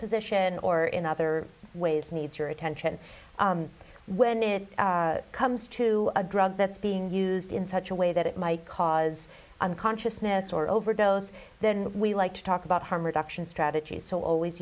position or in other ways needs your attention when it comes to a drug that's being used in such a way that it might cause unconsciousness or overdose then we like to talk about harm reduction strategies so always